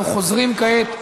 אנחנו חוזרים כעת,